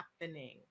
happening